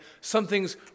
something's